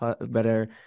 better